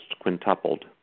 quintupled